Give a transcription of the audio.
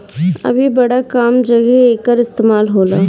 अभी बड़ा कम जघे एकर इस्तेमाल होला